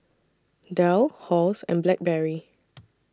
Dell Halls and Blackberry